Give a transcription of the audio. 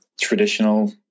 traditional